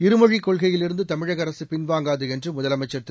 இருமொழிக் கொள்கையிலிருந்து தமிழக அரசு பின்வாங்காது என்று முதலமைச்சர் திரு